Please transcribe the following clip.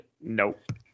Nope